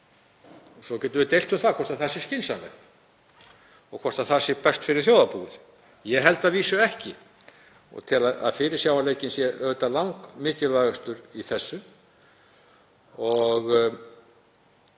Svo getum við deilt um það hvort það sé skynsamlegt og hvort það sé best fyrir þjóðarbúið. Ég held að vísu ekki og tel að fyrirsjáanleikinn sé auðvitað langmikilvægastur í þessu.